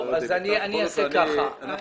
בסדר.